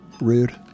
Rude